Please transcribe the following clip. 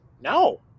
No